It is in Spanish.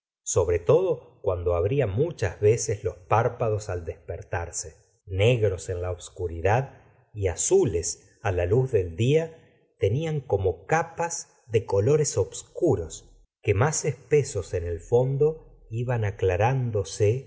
sobre todo cuando abría muchas veces los prpados al despertarse negros en la obscuridad y azules á la luz del día tenían como capas de colores obscuros que mas espesos en el fondo iban aclarándose